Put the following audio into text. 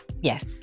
Yes